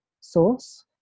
source